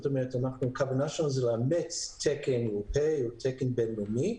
הכוונה שלנו היא לאמץ תקן אירופאי או תקן בינלאומי.